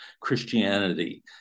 Christianity